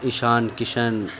Ishan Kishan